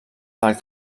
del